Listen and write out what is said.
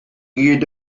gyd